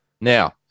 Now